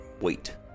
wait